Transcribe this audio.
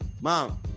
mom